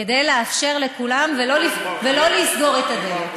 כדי לאפשר לכולם ולא לסגור את הדלת.